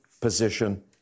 position